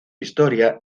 historia